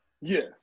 Yes